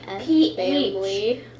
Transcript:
pH